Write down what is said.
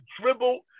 dribble